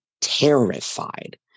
terrified